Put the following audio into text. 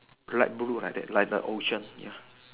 light blue like that like the ocean ya